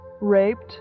raped